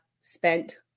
spent